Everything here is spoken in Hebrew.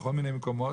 בכל מיני מקומות,